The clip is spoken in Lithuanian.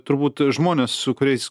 turbūt žmonės su kuriais